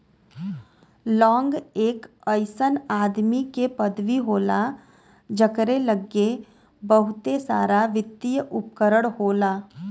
लांग एक अइसन आदमी के पदवी होला जकरे लग्गे बहुते सारावित्तिय उपकरण होला